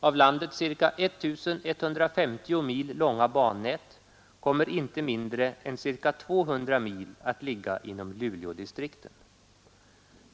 Av landets ca 1 150 mil långa bannät kommer inte mindre än ca 200 mil att ligga inom Luleådistrikten.